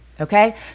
Okay